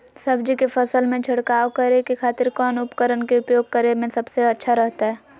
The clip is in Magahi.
सब्जी के फसल में छिड़काव करे के खातिर कौन उपकरण के उपयोग करें में सबसे अच्छा रहतय?